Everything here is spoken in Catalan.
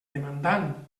demandant